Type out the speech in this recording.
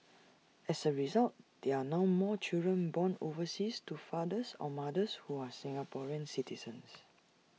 as A result there are now more children born overseas to fathers or mothers who are Singaporean citizens